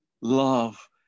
Love